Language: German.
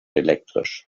elektrisch